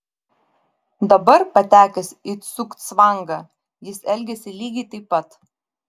dabar patekęs į cugcvangą jis elgiasi lygiai taip pat